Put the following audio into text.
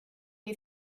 you